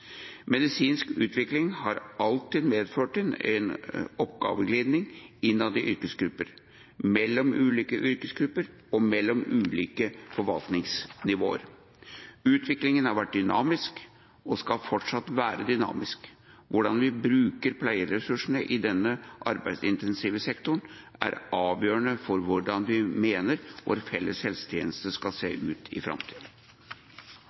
Medisinsk utvikling har alltid medført en oppgaveglidning innad i yrkesgrupper, mellom ulike yrkesgrupper og mellom ulike forvaltningsnivåer. Utviklingen har vært dynamisk og skal fortsatt være dynamisk. Hvordan vi bruker pleieressursene i denne arbeidsintensive sektoren, er avgjørende for hvordan vi mener vår felles helsetjeneste skal se